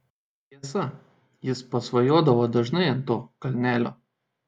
tiesa jis pasvajodavo dažnai ant to kalnelio